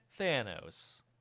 thanos